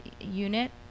unit